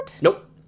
Nope